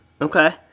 okay